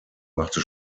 machte